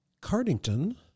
Cardington